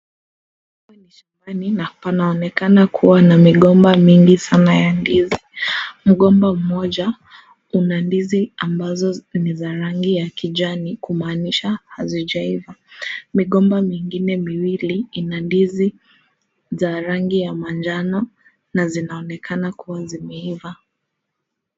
Kanaonekana kua na migomba mingi sana ya ndizi, mgomba mmoja, una ndizi ambazo ni za rangi ya kijani kumaanisha hazijaiva, migomba mingine miwili ina ndizi, za rangi ya manjano, na zinaonekana kuwa zimeiva.